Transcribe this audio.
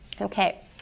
Okay